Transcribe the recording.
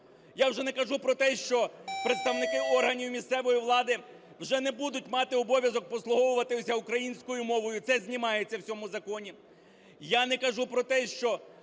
Я вже не кажу про те, що представники органів місцевої влади вже не будуть мати обов'язок послуговуватися української мовою, це знімається в цьому законі.